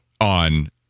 on